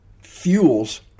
fuels